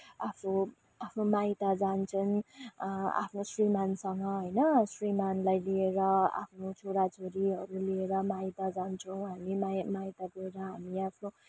आफ्नो आफ्नो माइत जान्छन् आफ्नो श्रीमानसँग होइन श्रीमानलाई लिएर आफ्नो छोराछोरीहरू लिएर हामी माइत जान्छौँ हामी माइत गएर हामी आफ्नो